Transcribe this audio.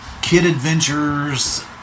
kid-adventures